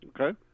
Okay